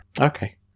Okay